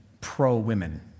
pro-women